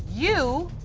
you.